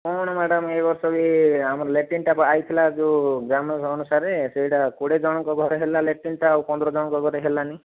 କ'ଣ ମ୍ୟାଡ଼ାମ ଏବର୍ଷ ବି ଆମର ଲାଟ୍ରିନଟାକୁ ଆସିଥିଲା ଯେଉଁ ଗ୍ରାମ ଅନୁସାରେ ସେଇଟା କୋଡ଼ିଏ ଜଣଙ୍କ ଘରେ ହେଲା ଲାଟ୍ରିନଟା ଆଉ ପନ୍ଦର ଜଣଙ୍କ ଘରେ ହେଲାନି